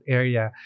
area